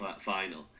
final